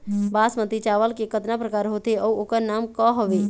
बासमती चावल के कतना प्रकार होथे अउ ओकर नाम क हवे?